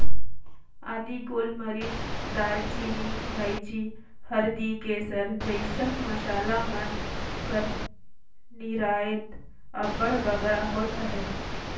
आदी, गोल मरीच, दाएल चीनी, लाइची, हरदी, केसर जइसन मसाला मन कर निरयात अब्बड़ बगरा होत अहे